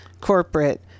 corporate